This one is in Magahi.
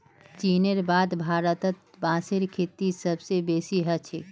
चीनेर बाद भारतत बांसेर खेती सबस बेसी ह छेक